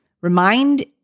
Remind